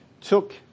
took